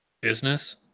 business